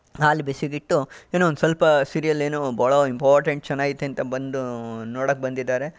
ಹಾಲು ಬಿಸಿಗಿಟ್ಟು ಏನೋ ಒಂದುಸ್ವಲ್ಪ ಸೀರಿಯಲ್ಲೇನೋ ಬಹಳ ಇಂಪಾರ್ಟೆಂಟ್ ಚೆನ್ನಾಗೈತೆ ಅಂತ ಬಂದು ನೋಡೋಕೆ ಬಂದಿದ್ದಾರೆ